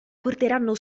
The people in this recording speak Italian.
porteranno